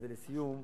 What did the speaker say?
לסיום,